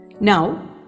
now